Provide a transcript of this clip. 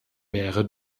meere